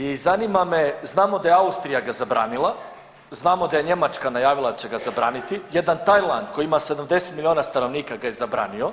I zanima me, znamo da ga je Austrija zabranila, znamo da je Njemačka najavila će ga zabraniti, jedan Tajland koji ima 70 milijuna stanovnika ga je zabranio,